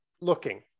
looking